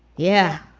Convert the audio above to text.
yeah.